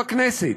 בכנסת.